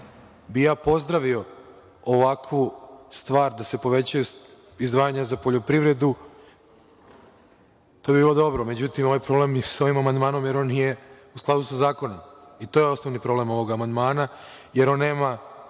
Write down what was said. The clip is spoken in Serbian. bih pozdravio ovakvu stvar da se povećaju izdvajanja za poljoprivredu, to je dobro, međutim ovaj problem sa ovim amandmanom, jer on nije u skladu sa zakonom. To je osnovni problem ovog amandmana, jer on nema